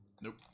Nope